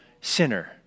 sinner